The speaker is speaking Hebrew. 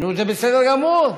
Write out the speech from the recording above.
נו, זה בסדר גמור.